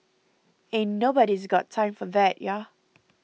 ain't nobody's got time for that ya